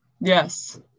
Yes